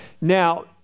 Now